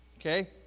Okay